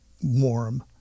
warm